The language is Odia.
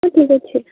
ହଉ ଠିକ୍ ଅଛି